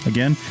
Again